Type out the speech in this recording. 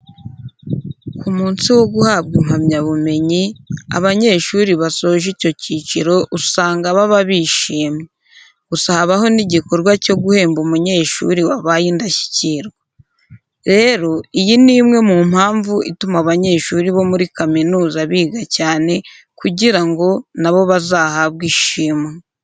Ku munsi wo guhabwa impamyabumenyi, abanyeshuri basoje icyo cyiciro uzanga baba bishimye. Gusa habaho n'igikorwa cyo guhemba umunyeshuri wabaye indashyikirwa. Rero, iyi ni imwe mu mpamvu ituma abanyeshuri bo muri kaminuza biga cyane kugira ngo na bo bazahabwe ishimwe.